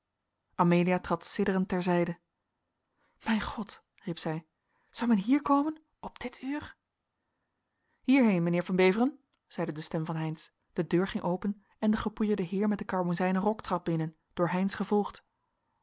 amelia trad sidderend ter zijde mijn god riep zij zou men hier komen op dit uur hierheen mijnheer van beveren zeide de stem van heynsz de deur ging open en de gepoeierde heer met den karmozijnen rok trad binnen door heynsz gevolgd